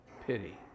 Pity